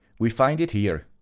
we find it here.